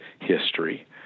history